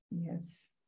Yes